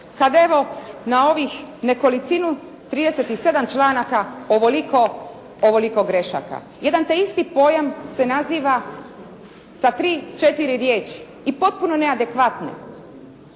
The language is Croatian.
kad evo na ovih nekolicinu, 37 članaka ovoliko grešaka. Jedan te isti pojam se naziva sa tri, četiri riječi i potpuno neadekvatne.